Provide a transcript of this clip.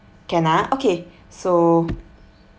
can ah okay so